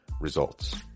Results